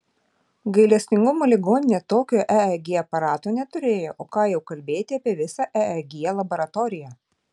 gailestingumo ligoninė tokio eeg aparato neturėjo o ką jau kalbėti apie visą eeg laboratoriją